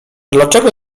dlaczego